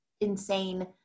insane